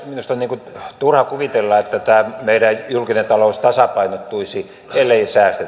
minusta on turha kuvitella että tämä meidän julkinen talous tasapainottuisi ellei säästetä